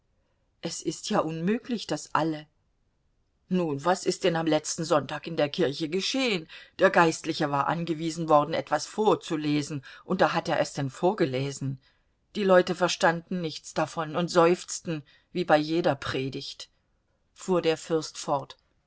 es ist ja unmöglich daß alle nun was ist denn am letzten sonntag in der kirche geschehen der geistliche war angewiesen worden etwas vorzulesen und da hat er es denn vorgelesen die leute verstanden nichts davon und seufzten wie bei jeder predigt fuhr der fürst fort